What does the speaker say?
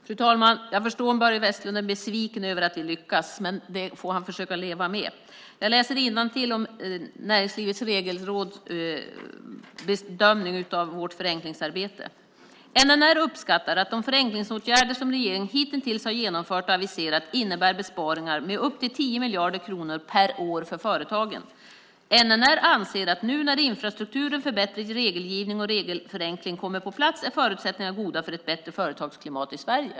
Fru talman! Jag förstår om Börje Vestlund är besviken över att vi lyckas, men det får han försöka leva med. Jag läser innantill i Näringslivets regelråds bedömning av vårt förenklingsarbete: NNR uppskattar att de förenklingsåtgärder som regeringen hitintills har genomfört och aviserat innebär besparingar med upp till 10 miljarder kronor per år för företagen. NNR anser att nu när infrastrukturen för bättre regelgivning och regelförenkling kommer på plats är förutsättningarna goda för ett bättre företagsklimat i Sverige.